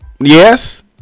Yes